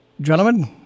Gentlemen